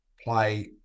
play